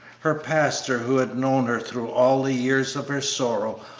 her pastor who had known her through all the years of her sorrow,